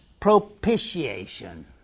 propitiation